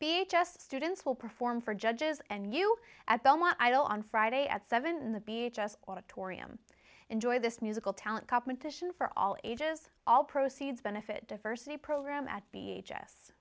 being just students will perform for judges and you at belmont idol on friday at seven the beach just auditorium enjoy this musical talent competition for all ages all proceeds benefit diversity program at the